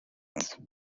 لذت